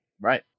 Right